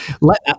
let